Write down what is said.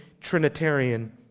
Trinitarian